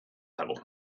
dago